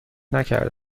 نکرده